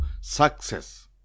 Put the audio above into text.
success